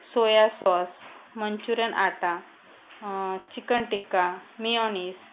soya sauce manchurian atta chicken tikka mayonnaise